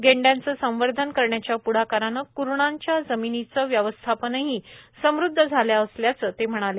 गेंड्याचे संवर्धन करण्याच्या प्ढाकाराने क्रणांच्या जमिनीचे व्यवस्थापनही समृद्ध झाले असल्याचही ते म्हणाले